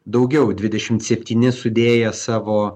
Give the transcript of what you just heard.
daugiau dvidešim septyni sudėję savo